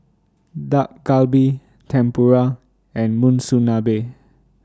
Dak Galbi Tempura and Monsunabe